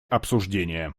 обсуждения